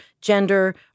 gender